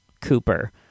Cooper